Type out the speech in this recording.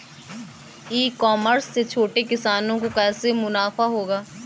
ई commerce से छोटे किसानों को कैसे मुनाफा होगा?